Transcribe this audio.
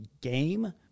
game